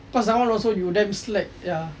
cause cyber also damn slack ya